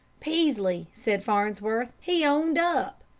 peaslee, said farnsworth. he owned up.